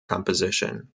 composition